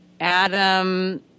Adam